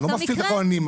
אתה לא מפעיל את הכוננים,